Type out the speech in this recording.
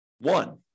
one